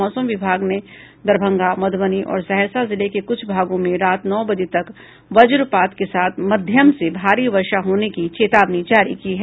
मौसम विभाग ने दरभंगा मधुबनी और सहरसा जिले के कुछ भागों में रात नौ बजे तक वज्रपात के साथ मध्यम से भारी वर्षा होने की चेतावनी जारी की है